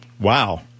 Wow